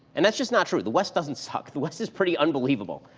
and that's just not true, the west doesn't suck, the west is pretty unbelievable.